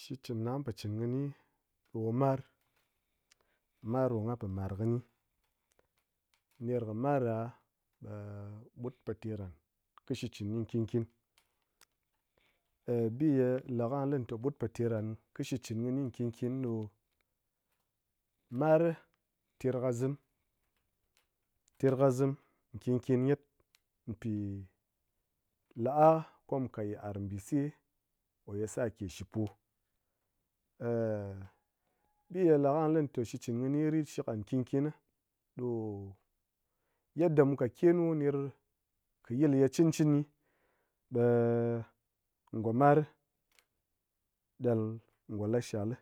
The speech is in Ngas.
Shikchɨn ngha po chɨn kɨni ɗo mar, mar ɗo nghan po mar kɨ gyi ner kɨ mar ɗa ɓe mut po ter nghan kɨ shikchɨn gyi nkin nkin. bi ye le kɨm ngya li te put po ter nghan kɨ shikchin gyi nkin nkin ɗo-o- mar ter kazim, ter kazim nkin nkin gyet pi-i la'a ko mu kat yit'ar mbise ko ye sar ke shipo. bi ye le kɨ ngha li te shikchɨn gyi ritshik nghan nkin nkin ni ɗo yadda mu kat kenu ner ki yil ye cɨn cɨni ɓe ngo mar ɗal ngo la shal li,